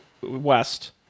west